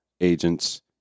agents